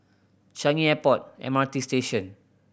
Changi Airport M R T Station